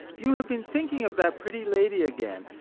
you have been thinking of that pretty lady again!